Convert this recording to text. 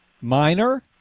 Minor